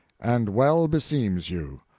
and well beseems you.